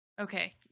okay